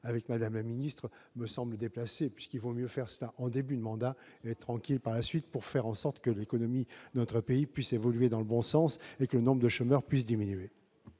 de mandat, ce texte ? -me semble déplacée. En effet, il vaut mieux faire de telles réformes en début de mandat et être tranquille par la suite pour faire en sorte que l'économie de notre pays puisse évoluer dans le bon sens et que le nombre de chômeurs puisse diminuer.